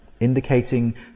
indicating